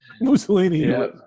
Mussolini